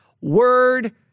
word